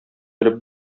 белеп